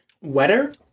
wetter